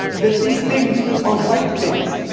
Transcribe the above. that these things are white things.